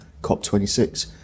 COP26